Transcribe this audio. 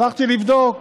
הלכתי לבדוק.